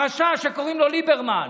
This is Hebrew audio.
הרשע שקוראים לו ליברמן,